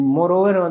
Moreover